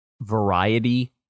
Variety